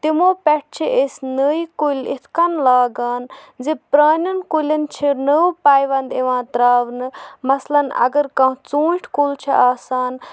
تِمو پٮ۪ٹھ چھِ أسۍ نوٚو کُلۍ یِتھۍ کٔنۍ لاگان زِ پرانٮ۪ن کُلٮ۪ن چھِ نٔو پیوند یِوان تراونہٕ مثلاً اَگر کانہہ ژوٗنٹھۍ کُل چھُ آسان